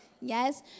Yes